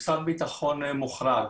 משרד הביטחון מוחרג.